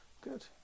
Good